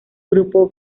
grupo